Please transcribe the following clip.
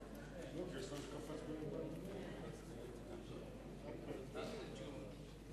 ההצעה להעביר את הצעת חוק סדר הדין הפלילי (סמכויות אכיפה,